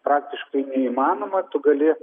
praktiškai neįmanoma tu gali